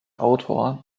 autor